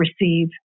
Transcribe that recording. receive